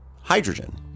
hydrogen